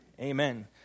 Amen